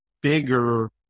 bigger